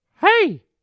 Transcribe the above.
hey